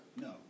No